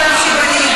אי-אפשר להמשיך בדיון,